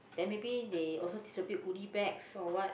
then maybe they also distribute goodies bag or what